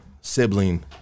sibling